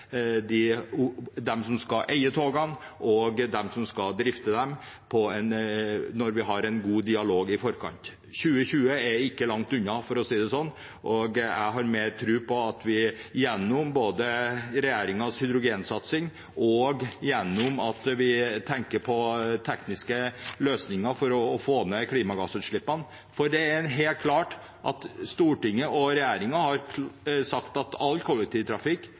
dem som skal eie togene, og dem som skal drifte dem, når vi har en god dialog i forkant. 2020 er ikke langt unna, for å si det slik. Jeg har mer tro på regjeringens hydrogensatsing, og at vi tenker på tekniske løsninger for å få ned klimagassutslippene. Stortinget og regjeringen har sagt at all kollektivtrafikk bør skje med null utslipp innen 2025. Det har jeg og Venstre et godt håp om at